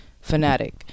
fanatic